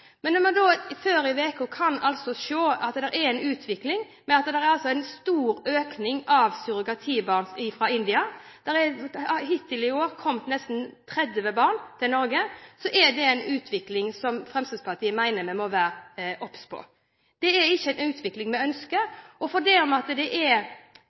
Men når vi før i uken kunne se den utviklingen at det er en stor økning av surrogatbarn fra India – det har hittil i år kommet nesten 30 barn til Norge – er det en utvikling som Fremskrittspartiet mener vi må være obs på. Det er ikke en utvikling vi ønsker. Selv om det er